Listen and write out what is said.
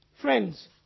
friends